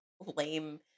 lame